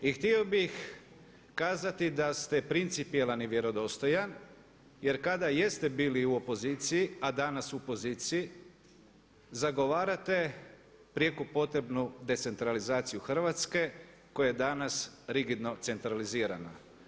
I htio bi kazati da ste principijelan i vjerodostojan jer kada jeste bili u opoziciji a danas u poziciji zagovarate samo prijeko potrebnu decentralizaciju Hrvatske koja je danas rigidno centralizirana.